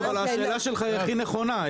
השאלה שלך היא הכי נכונה,